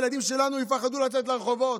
הילדים שלנו יפחדו לצאת לרחובות.